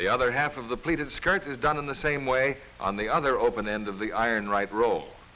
the other half of the pleated skirt is done in the same way on the other open end of the iron right rol